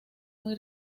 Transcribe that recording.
muy